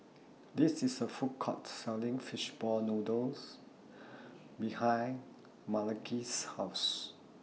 There IS A Food Court Selling Fishball Noodle behind Malaki's House